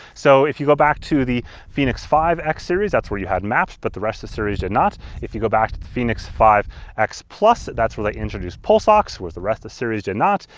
so if you go back to the fenix five x series, that's where you had maps but the rest of series did not. if you go back to the fenix five x plus, that's where they introduced pulseox, where as the rest of series did not.